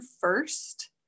first